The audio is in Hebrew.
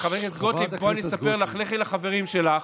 למה אתה מצביע בעד, ששש,